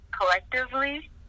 collectively